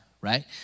Right